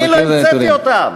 אני לא המצאתי אותם.